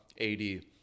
AD